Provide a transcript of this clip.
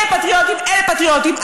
אלה פטריוטים, אלה פטריוטים.